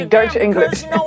Dutch-English